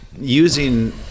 using